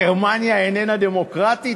גרמניה איננה דמוקרטית,